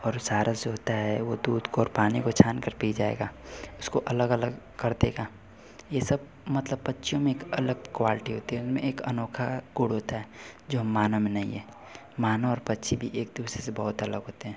और सारस जो होता है वह दूध को और पानी को छानकर पी जाएगा उसको अलग अलग कर देगा यह सब मतलब पक्षियों में एक अलग क्वाल्टी होती है उनमें एक अनोखा गुण होता है जो हम मानव में नहीं है मानव और पक्षी भी एक दूसरे से बहुत अलग होते हैं